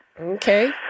Okay